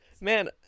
man